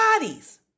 bodies